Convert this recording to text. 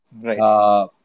Right